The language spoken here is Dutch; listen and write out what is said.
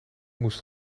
moest